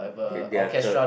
they they are